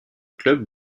club